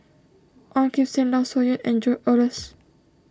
Ong Kim Seng Loh Sin Yun and George Oehlers